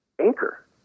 Anchor